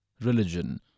religion